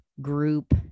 group